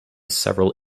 several